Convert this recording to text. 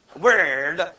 word